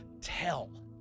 tell